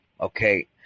Okay